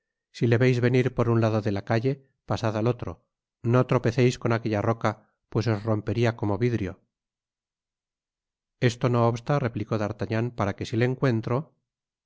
si le veis venir por un lado de la calle pasad al otro no tropezeis con aquella roca pues os rompería como vidrio esto no obsta replicó d'artagnan para que si le encuentro